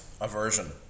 aversion